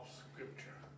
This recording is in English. scripture